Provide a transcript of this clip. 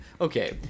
Okay